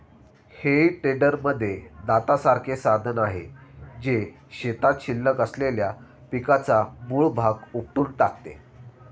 हेई टेडरमध्ये दातासारखे साधन आहे, जे शेतात शिल्लक असलेल्या पिकाचा मूळ भाग उपटून टाकते